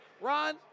Ron